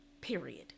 period